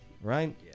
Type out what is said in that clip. Right